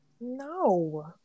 No